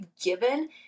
given